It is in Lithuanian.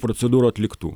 procedūrų atliktų